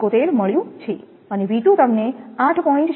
71 મળ્યું છે અને તમને 8